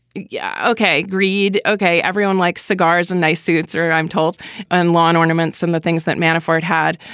yeah, ok, greed. okay. everyone likes cigars and nice suits or i'm told on lawn ornaments and the things that manafort had,